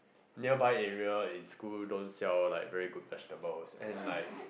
nearby area in school don't sell like very good vegetables and like